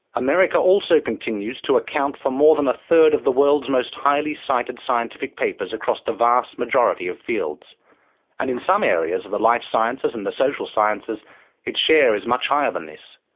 america also continues to account for more than a third of the world's most highly cited scientific papers across the vast majority of fields and in some areas of the life sciences and social sciences its share is much higher than this.